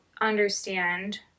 understand